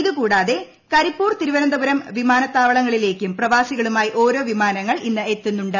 ഇതു കൂടാതെ കരിപ്പൂർ തിരുവനന്തപുരം വിമാനത്താവളങ്ങളിലേക്കും പ്രവാസികളുമായി ഓരോ വിമാനങ്ങൾ ഇന്ന് എത്തുന്നുണ്ട്